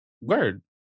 Word